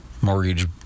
mortgage